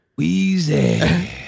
Weezy